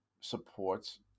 supports